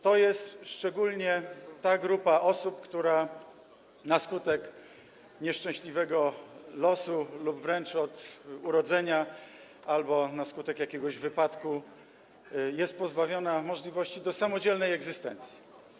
To jest szczególna grupa osób, które na skutek nieszczęśliwego losu lub wręcz od urodzenia albo na skutek jakiegoś wypadku są pozbawione możliwości samodzielnej egzystencji.